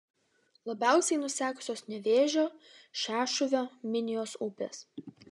labiausiai nusekusios nevėžio šešuvio minijos upės